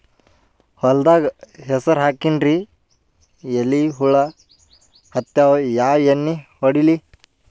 ಹೊಲದಾಗ ಹೆಸರ ಹಾಕಿನ್ರಿ, ಎಲಿ ಹುಳ ಹತ್ಯಾವ, ಯಾ ಎಣ್ಣೀ ಹೊಡಿಲಿ?